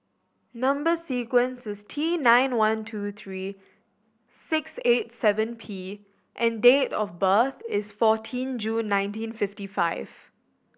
number sequence is T nine one two three six eight seven P and date of birth is fourteen June nineteen fifty five